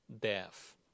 death